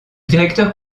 directeur